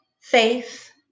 faith